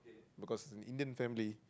because in Indian family